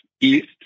east